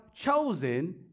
chosen